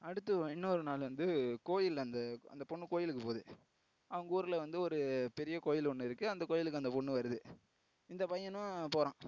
அடுத்து இன்னொரு நாள் வந்து கோயிலில் அந்த அந்த பொண்ணு கோயிலுக்கு போது அவங்கவூர்ல வந்து ஒரு பெரிய கோயில் ஒன்று இருக்கு அந்த கோயிலுக்கு அந்த பொண்ணு வருது இந்த பையனும் போகறான்